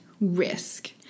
risk